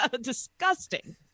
Disgusting